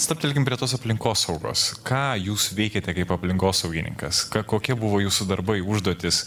stabtelkim prie tos aplinkosaugos ką jūs veikiate kaip aplinkosaugininkas kokie buvo jūsų darbai užduotys